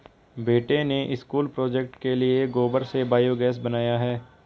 बेटे ने school project के लिए गोबर से बायोगैस बनाया है